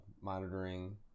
monitoring